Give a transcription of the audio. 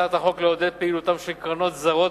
הצעת החוק נועדה לעודד פעילותן של קרנות זרות